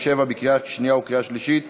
התשע"ו 2016,